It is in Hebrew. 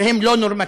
והם לא נורמטיביים.